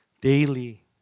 daily